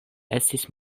estis